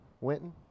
Winton